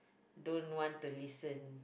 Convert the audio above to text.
don't want to listen